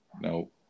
No